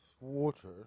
water